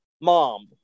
Mom